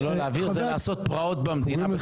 זה לא להבעיר, זה לעשות פרעות במדינה.